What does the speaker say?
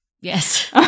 Yes